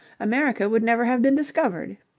america would never have been discovered.